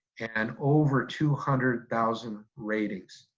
and over two hundred thousand ratings.